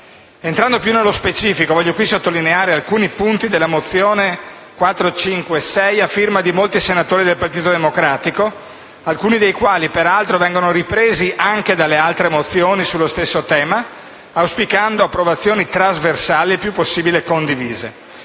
Entrando più nello specifico, vorrei qui sottolineare alcuni punti della mozione n. 456, a firma di molti senatori del Partito Democratico, alcuni dei quali, peraltro, si rinvengono anche nelle altre mozioni sullo stesso tema, auspicando approvazioni trasversali e il più possibile condivise.